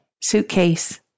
suitcase